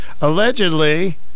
allegedly